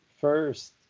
first